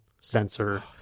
sensor